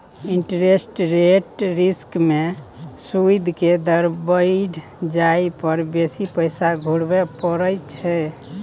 interest rate risk में सूइद के दर बइढ़ जाइ पर बेशी पैसा घुरबइ पड़इ छइ